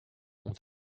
ont